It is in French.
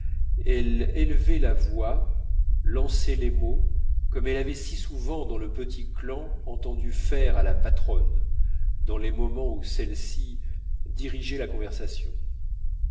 elle élevait la voix lançait les mots comme elle avait si souvent dans le petit clan entendu faire à la patronne dans les moments où celle-ci dirigeait la conversation